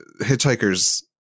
hitchhikers